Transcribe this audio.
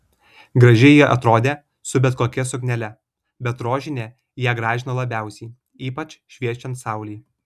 gražiai ji atrodė su bet kokia suknele bet rožinė ją gražino labiausiai ypač šviečiant saulei